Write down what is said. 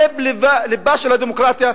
לב-לבה של הדמוקרטיה,